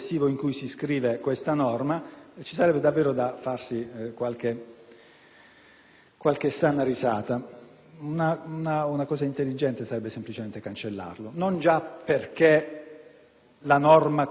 qualche sana risata. Una cosa intelligente sarebbe semplicemente cancellarla, non già perché la norma così com'è produrrà danni diversi dal riempire gli armadi di qualche giudice di pace,